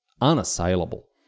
unassailable